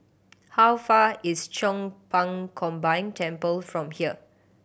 how far is Chong Pang Combined Temple from here